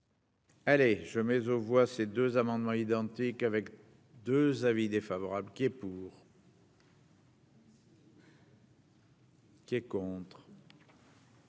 Allez je mais aux voix ces deux amendements identiques avec 2 avis défavorable qui est pour. Qui est contre.